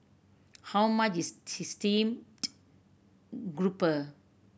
how much is grouper